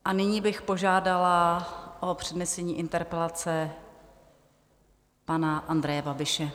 A nyní bych požádala o přednesení interpelace pana Andreje Babiše.